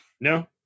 No